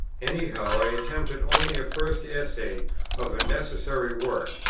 any how i attempted only a first essay of a necessary work,